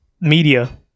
media